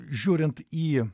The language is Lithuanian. žiūrint į